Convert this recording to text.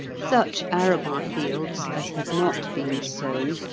such arable fields as had not been sown,